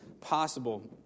possible